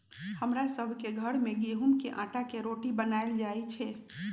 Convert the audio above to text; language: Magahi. हमरा सभ के घर में गेहूम के अटा के रोटि बनाएल जाय छै